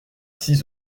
six